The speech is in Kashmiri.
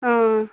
ٲں